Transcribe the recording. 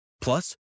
Plus